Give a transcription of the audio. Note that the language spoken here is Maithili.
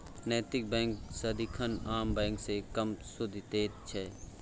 नैतिक बैंक सदिखन आम बैंक सँ कम सुदि दैत छै